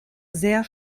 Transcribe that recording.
sehr